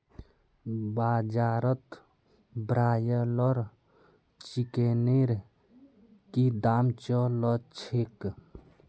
बाजारत ब्रायलर चिकनेर की दाम च ल छेक